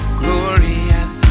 glorious